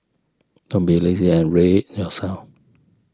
don't be lazy and read yourself